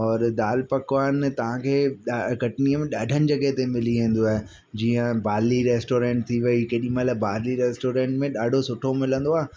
और दाल पकवान तव्हां खे ॾा कटनीअ में ॾाढनि जॻहि ते मिली वेंदुव जीअं बाली रेस्टोरेंट थी वई केॾीमहिल बाली रेस्टोरेंट में ॾाढो सुठो मिलंदो आहे